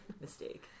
mistake